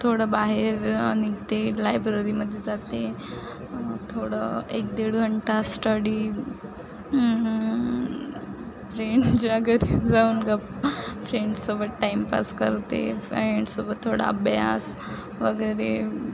थोडं बाहेर निघते लायब्ररीमध्ये जाते मग थोडं एक दीड घंटा स्टडी फ्रेंडच्या घरी जाऊन गप् फ्रेंडसोबत टाईमपास करते फ्रेंडसोबत थोडा अभ्यास वगैरे